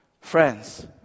Friends